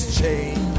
change